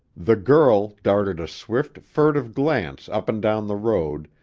the girl darted a swift, furtive glance up and down the road,